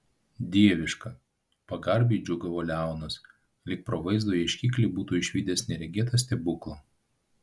dieviška pagarbiai džiūgavo leonas lyg pro vaizdo ieškiklį būtų išvydęs neregėtą stebuklą